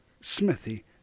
Smithy